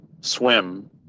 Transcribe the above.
swim